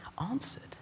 answered